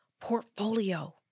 portfolio